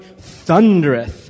thundereth